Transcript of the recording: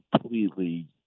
completely